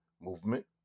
Movement